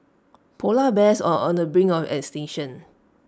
Polar Bears are on the brink of extinction